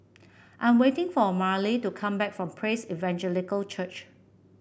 I'm waiting for Marely to come back from Praise Evangelical Church